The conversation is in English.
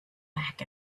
back